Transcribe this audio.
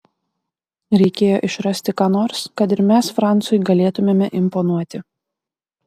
reikėjo išrasti ką nors kad ir mes francui galėtumėme imponuoti